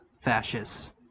fascists